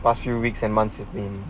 past few weeks and months have been